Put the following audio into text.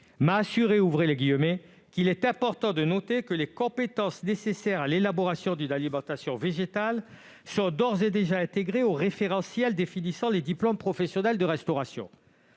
m'a m'assuré qu'il est « important de noter que les compétences nécessaires à l'élaboration d'une alimentation végétale sont d'ores et déjà intégrées au référentiel définissant les diplômes professionnels de restauration